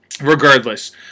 regardless